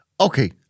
Okay